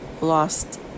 lost